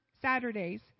Saturdays